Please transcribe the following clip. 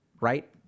Right